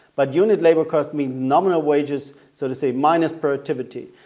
but unit labor cost means nominal wages, so to say, minus productivity.